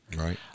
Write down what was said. Right